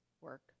work